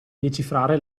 decifrare